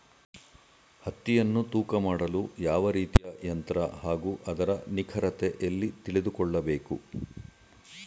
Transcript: ಹತ್ತಿಯನ್ನು ತೂಕ ಮಾಡಲು ಯಾವ ರೀತಿಯ ಯಂತ್ರ ಹಾಗೂ ಅದರ ನಿಖರತೆ ಎಲ್ಲಿ ತಿಳಿದುಕೊಳ್ಳಬೇಕು?